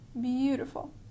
Beautiful